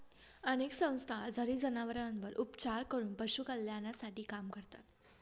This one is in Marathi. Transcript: अनेक संस्था आजारी जनावरांवर उपचार करून पशु कल्याणासाठी काम करतात